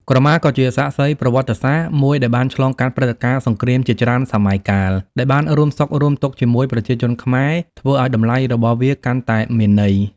ក្រមាក៏ជា សាក្សីប្រវត្តិសាស្ត្រ មួយដែលបានឆ្លងកាត់ព្រឹត្តិការណ៍សង្គ្រាមជាច្រើនសម័យកាល ដែលបានរួមសុខរួមទុក្ខជាមួយប្រជាជនខ្មែរ ធ្វើឲ្យតម្លៃរបស់វាកាន់តែមានន័យ។